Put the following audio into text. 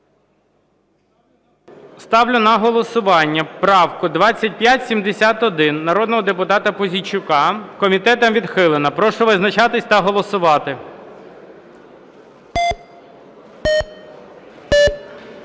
Ставлю на голосування правку 2571 народного депутата Пузійчука. Комітетом відхилена. Прошу визначатися та голосувати.